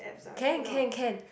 can can can